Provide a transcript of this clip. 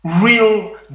real